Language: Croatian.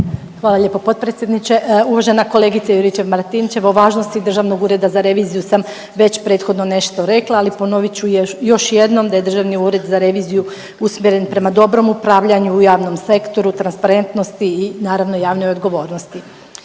Hvala lijepo potpredsjedniče. Uvažena kolegice Juričev-Martinčev, o važnosti Državnog ureda za reviziju sam već prethodno nešto rekla, ali ponovit ću još jednom da je Državni ured za reviziju usmjeren prema dobrom upravljanju u javnom sektoru, transparentnosti i naravno javnoj odgovornosti.